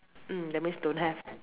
mm that means don't have